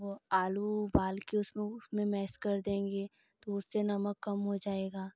वो आलू उबालकर उसमें उसमें मैस कर देंगे तो उससे नमक कम हो जाएगा